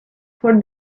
for